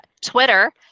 Twitter